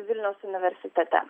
vilniaus universitete